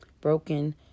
broken